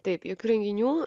taip jokių renginių